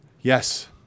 Yes